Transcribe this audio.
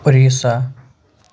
Odisha